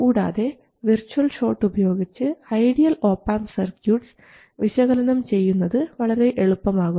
കൂടാതെ virtual short ഉപയോഗിച്ച് ideal op amp circuits വിശകലനം ചെയ്യുന്നത് വളരെ എളുപ്പമാകുന്നു